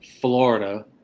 Florida